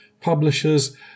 publishers